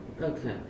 Okay